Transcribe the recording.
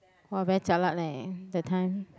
!wah! very jialat leh that time